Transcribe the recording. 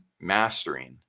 mastering